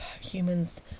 humans